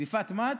אִלי פאת מאת.